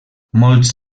molts